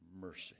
mercy